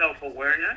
self-awareness